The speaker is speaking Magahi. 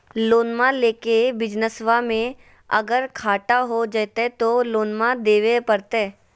लोनमा लेके बिजनसबा मे अगर घाटा हो जयते तो लोनमा देवे परते?